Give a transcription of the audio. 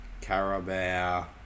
Carabao